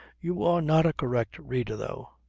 you are not a correct reader though.